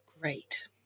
Great